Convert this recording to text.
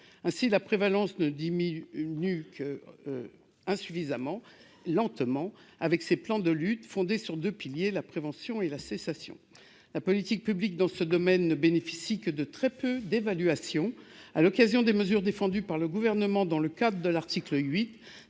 de ce phénomène diminue donc insuffisamment et trop lentement, avec ces plans de lutte fondés sur deux piliers : la prévention et la cessation. La politique publique dans ce domaine ne bénéficie que de très peu d'évaluations. À l'occasion des mesures défendues par le Gouvernement dans le cadre de l'article 8,